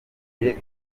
ujye